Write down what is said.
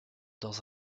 dans